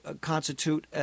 constitute